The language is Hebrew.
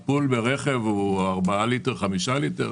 אם טיפול ברכב הוא ארבעה ליטרים או חמישה ליטרים,